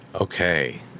okay